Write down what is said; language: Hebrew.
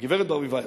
הגברת ברביבאי,